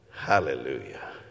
Hallelujah